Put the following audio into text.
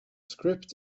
script